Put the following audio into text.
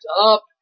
up